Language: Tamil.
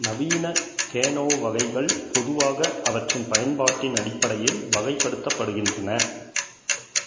நவீன கேனோ வகைகள் பொதுவாக அவற்றின் பயன்பாட்டின் அடிப்படையில் வகைப்படுத்தப்படுகின்றன